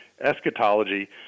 eschatology